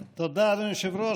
תודה, אדוני היושב-ראש.